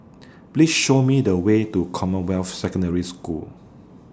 Please Show Me The Way to Commonwealth Secondary School